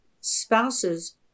spouses